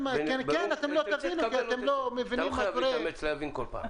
--- אתה לא חייב להתאמץ להבין כל פעם.